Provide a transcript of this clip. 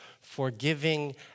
forgiving